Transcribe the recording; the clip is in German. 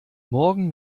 morgen